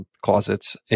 closets